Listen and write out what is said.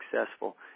successful